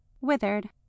withered